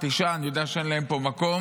39. אני יודע שאין להם פה מקום.